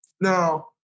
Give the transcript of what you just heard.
Now